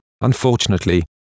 unfortunately